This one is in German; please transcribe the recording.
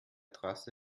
trasse